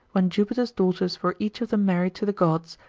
when jupiter's daughters were each of them married to the gods,